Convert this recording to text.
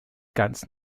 ganz